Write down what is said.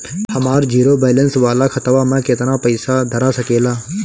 हमार zero balance वाला खतवा म केतना पईसा धरा सकेला?